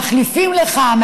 מחליפים לך,